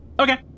Okay